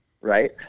Right